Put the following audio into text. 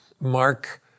Mark